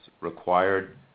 required